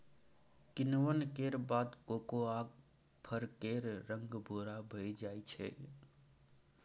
किण्वन केर बाद कोकोआक फर केर रंग भूरा भए जाइ छै